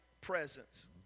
presence